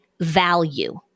value